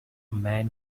man